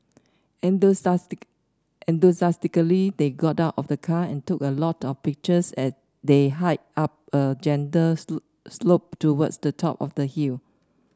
enthusiastic enthusiastically they got out of the car and took a lot of pictures as they hiked up a gentle slope towards the top of the hill